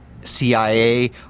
CIA